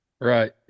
Right